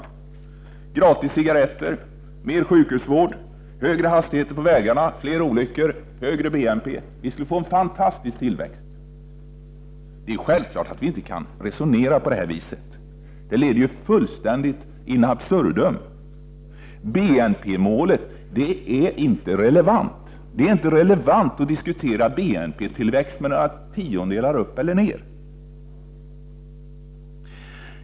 Vi kan dela ut gratis cigaretter, vilket leder till mer sjukhusvård. Vi kan införa högre hastigheter på vägarna, vilket leder till fler olyckor och därmed högre BNP. Vi skulle därmed få en fantastisk tillväxt i Sverige. Men vi kan självfallet inte resonera på detta sätt. Det leder ju fullständigt in absurdum. Det är inte relevant att diskutera BNP-tillväxt några tiondelar upp eller ner.